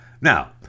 now